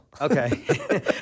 Okay